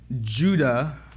Judah